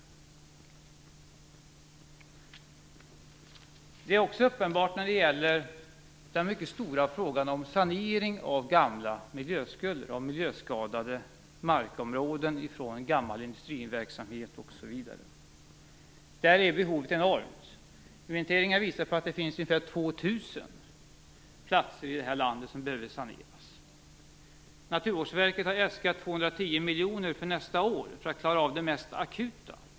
Detta är också uppenbart när det gäller den mycket stora frågan om sanering av gamla miljöskulder, av miljöskadade markområden från gammal industriverksamhet osv. Där är behovet enormt. Inventeringar visar att det finns ungefär 2 000 platser i det här landet som behöver saneras. Naturvårdsverket har äskat 210 miljoner för nästa år för att klara av det mest akuta.